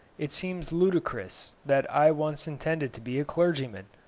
it seems ludicrous that i once intended to be a clergyman.